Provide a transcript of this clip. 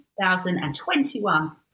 2021